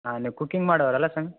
ಹಾಂ ನೀವು ಕುಕಿಂಗ್ ಮಾಡೋರಲ್ಲ ಸ್ವಾಮಿ